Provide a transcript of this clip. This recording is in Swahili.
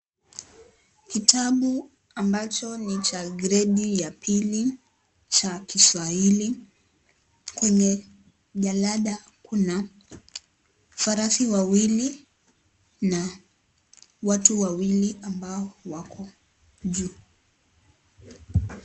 Kitabu ambacho ni cha gredi ya pili cha kiswahili. Kwenye jalada, kuna farasi wawili na watu watu wawili ambao wako juu.